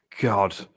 god